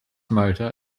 motor